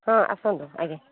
ହଁ ଆସନ୍ତୁ ଆଜ୍ଞା